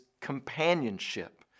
companionship